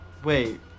Wait